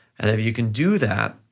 and if you can do that,